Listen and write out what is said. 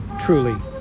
truly